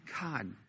God